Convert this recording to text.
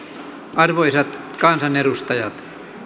arvoisat kansanedustajat